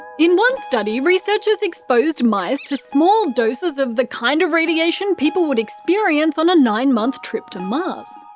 in one study, researchers exposed mice to small doses of the kind of radiation people would experience on a nine month trip to mars.